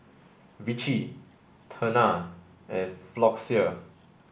Vichy Tena and Floxia